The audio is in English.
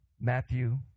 Matthew